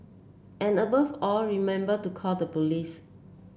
and above all remember to call the police